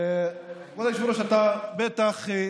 כבוד היושב-ראש, אתה בטח עקבת,